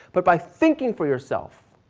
but by thinking for yourself.